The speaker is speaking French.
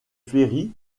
ferry